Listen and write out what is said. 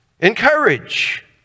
encourage